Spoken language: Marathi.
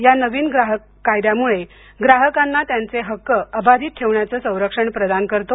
या नवीन कायदा ग्राहकांना त्यांचे हक्क अबाधित ठेवण्याचं संरक्षण प्रदान करतो